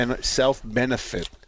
self-benefit